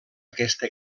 aquesta